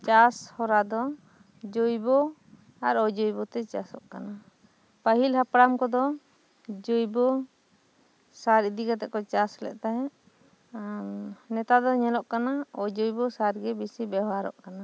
ᱪᱟᱥ ᱦᱚᱨᱟ ᱫᱚ ᱡᱚᱭᱵᱚ ᱟᱨ ᱚᱡᱚᱭᱵᱚ ᱛᱮ ᱪᱟᱥᱚᱜ ᱠᱟᱱᱟ ᱯᱟᱹᱦᱤᱞ ᱦᱟᱯᱲᱟᱢ ᱠᱚᱫᱚ ᱡᱚᱭᱵᱚ ᱥᱟᱨ ᱤᱫᱤ ᱠᱟᱛᱮᱜ ᱠᱚ ᱪᱟᱥ ᱞᱮᱫ ᱛᱟᱦᱮᱸᱜ ᱱᱮᱛᱟᱨ ᱫᱚ ᱧᱮᱞᱚᱜ ᱠᱟᱱᱟ ᱚᱡᱚᱭᱵᱚ ᱥᱟᱨ ᱜᱮ ᱵᱤᱥᱤ ᱫᱚ ᱵᱮᱣᱦᱟᱨᱚᱜ ᱠᱟᱱᱟ